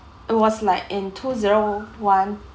it was like in two zero one